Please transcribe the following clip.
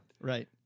Right